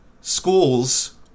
schools